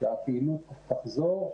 והפעילות תחזור.